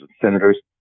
senators